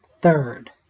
third